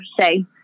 say